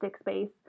space